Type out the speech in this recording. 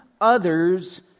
others